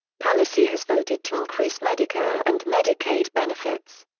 pelosi has voted to increase medicare and medicaid benefits.